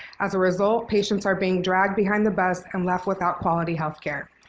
as a result, patients are being dragged behind the bus and left without quality healthcare.